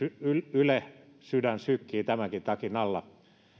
yle sydän sykkii tämänkin takin alla